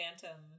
Phantom